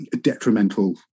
detrimental